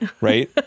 right